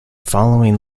following